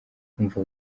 umva